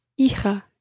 Hija